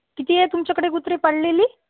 किती आहे तुमच्याकडे कुत्रे पाळलेली